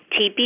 TB